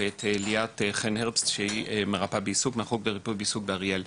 ואת ליאת חן-הרבס שהיא מרפאה בעיסוק במכון לריפוי בעיסוק ב"אריאל",